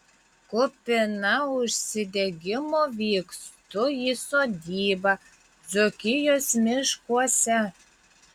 kupina užsidegimo vykstu į sodybą dzūkijos miškuose